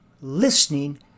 listening